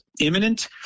imminent